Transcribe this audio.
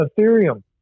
Ethereum